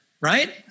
right